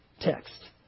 text